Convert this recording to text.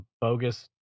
bogus